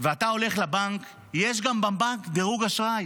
ואתה הולך לבנק, יש גם בבנק דירוג אשראי,